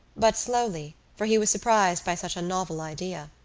but slowly, for he was surprised by such a novel idea.